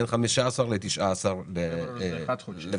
בין 15 ל-19 בפברואר.